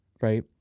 right